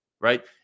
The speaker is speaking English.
Right